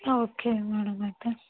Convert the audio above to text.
okay madam అయితే